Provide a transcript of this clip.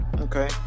Okay